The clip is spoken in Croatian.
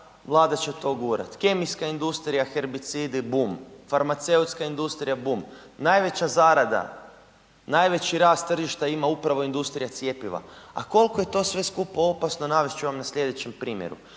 Vlada će to gurati. Kemijska industrija, herbicidi, bum, farmaceutska industrija, bum. Najveća zarada, najveći rast tržišta ima upravo industrija cjepiva a koliko je to sve skupa opasno, navest ću vam na slijedećem primjeru.